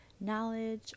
knowledge